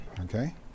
Okay